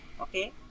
okay